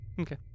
Okay